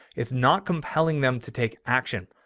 it's not compelling them to take action.